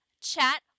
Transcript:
chat